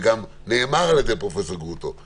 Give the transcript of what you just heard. וגם נאמר על ידי פרופ' גרוטו,